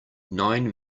nine